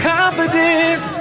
confident